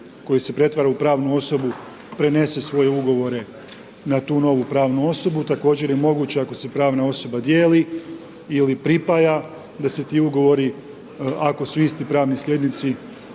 koji se pretvara u pravnu osobu, prenese svoje ugovore na tu novu pravnu osobu, također je moguće ako se pravna osoba dijeli ili pripaja, da se ti ugovori, ako su isti pravni slijednici,